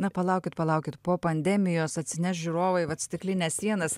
na palaukit palaukit po pandemijos atsineš žiūrovai vat stiklines sienas